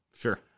Sure